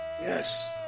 Yes